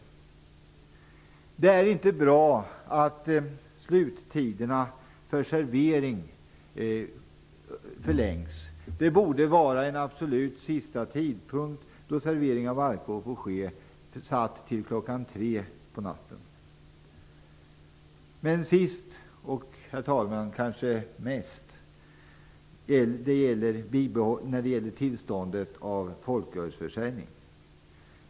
Det är inte bra att sluttiderna för servering förlängs. Det borde finnas en absolut sista tidpunkt då servering av alkohol får ske, satt till kl. 3 på natten. Till sist och, herr talman, kanske mest gäller det tillståndet till folkölsförsäljning.